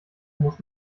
muss